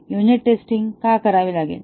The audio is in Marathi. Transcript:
युनिट टेस्टिंग का करावे लागेल